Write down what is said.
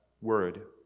word